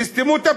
תסתמו את הפיות.